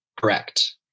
Correct